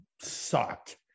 sucked